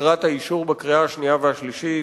לקראת האישור בקריאה השנייה והשלישית,